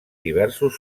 diversos